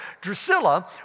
Drusilla